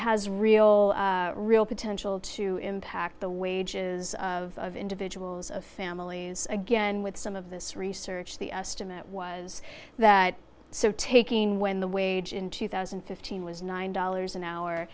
has real real potential to impact the wages of individuals of families again with some of this research the estimate was that so taking when the wage in two thousand and fifteen was nine dollars an hour